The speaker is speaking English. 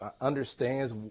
understands